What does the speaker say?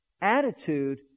attitude